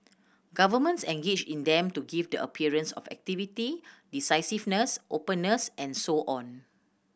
governments engage in them to give the appearance of activity decisiveness openness and so on